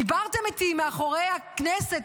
דיברתם איתי מאחורי הכנסת,